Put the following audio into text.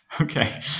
Okay